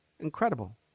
incredible